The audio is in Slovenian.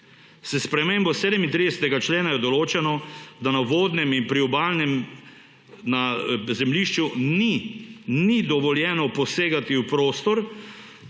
S spremembo 37. člena je določeno, da na vodnem in priobalnem zemljišču ni dovoljeno posegati v prostor,